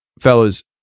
fellas